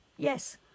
Yes